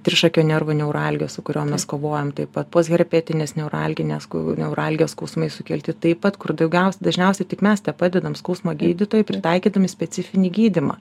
trišakio nervo neuralgijos su kuriom mes kovojam taip pat postherpetinės neuralginės neuralgijos skausmai sukelti taip pat kur daugiaus dažniausiai tik mes tepadedam skausmo gydytojai pritaikydami specifinį gydymą